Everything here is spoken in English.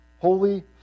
Holy